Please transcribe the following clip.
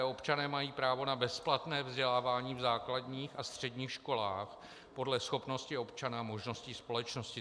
Občané mají právo na bezplatné vzdělávání v základních a středních školách podle schopnosti občana, možností společnosti.